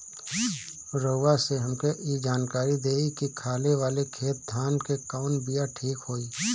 रउआ से हमके ई जानकारी देई की खाले वाले खेत धान के कवन बीया ठीक होई?